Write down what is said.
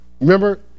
Remember